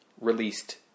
released